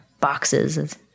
boxes